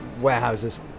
warehouses